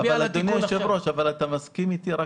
אדוני היושב-ראש, אבל אתה מסכים איתי רק